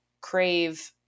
crave